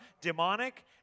demonic